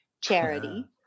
charity